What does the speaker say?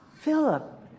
Philip